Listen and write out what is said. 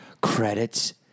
Credits